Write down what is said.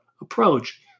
approach